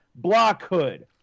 Blockhood